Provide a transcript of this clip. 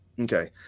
Okay